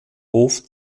hof